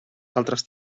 altres